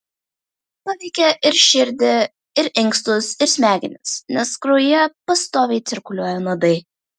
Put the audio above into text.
paveikia ir širdį ir inkstus ir smegenis nes kraujyje pastoviai cirkuliuoja nuodai